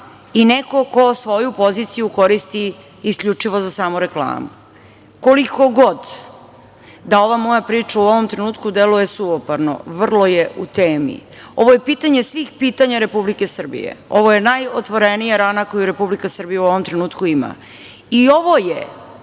i neko ko svoju poziciju koristi isključivo za samoreklamu. Koliko god da ova moja priča, u ovom trenutku deluje suvoparno, vrlo je u temi, ovo je pitanje svih pitanja Republike Srbije, ovo je najotvorenija rana koja Republike Srbije ima i ovo je